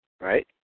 right